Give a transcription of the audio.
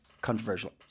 controversial